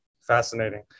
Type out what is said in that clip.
Fascinating